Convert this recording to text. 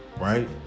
right